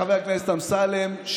חבר הכנסת אמסלם,